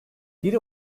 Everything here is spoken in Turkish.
biri